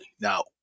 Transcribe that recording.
Now